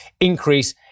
increase